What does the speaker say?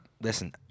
listen